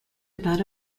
about